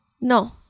No